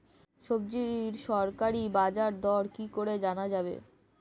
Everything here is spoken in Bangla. সবজির সরকারি বাজার দর কি করে জানা যাবে?